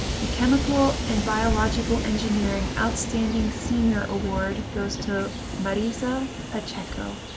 the chemical and biological engineering outstanding senior award goes to marisa pacheco,